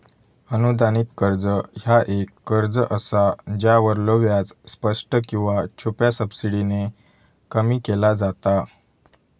अनुदानित कर्ज ह्या एक कर्ज असा ज्यावरलो व्याज स्पष्ट किंवा छुप्या सबसिडीने कमी केला जाता